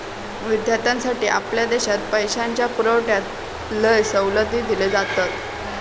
विद्यार्थ्यांसाठी आपल्या देशात पैशाच्या पुरवठ्यात लय सवलती दिले जातत